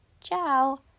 ciao